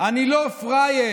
"אני לא פראייר,